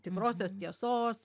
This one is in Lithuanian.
tikrosios tiesos